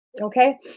okay